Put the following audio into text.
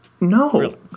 no